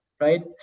right